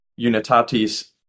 Unitatis